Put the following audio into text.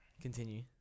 Continue